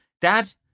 Dad